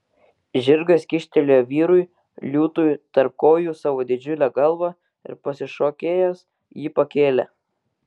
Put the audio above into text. žirgas kyštelėjo vyrui liūtui tarp kojų savo didžiulę galvą ir pasišokėjęs jį pakėlė